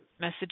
message